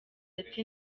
ati